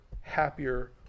happier